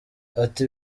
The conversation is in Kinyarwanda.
ati